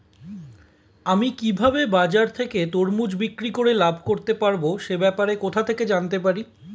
আমি কিভাবে বাজার থেকে তরমুজ বিক্রি করে লাভ করতে পারব সে ব্যাপারে কোথা থেকে জানতে পারি?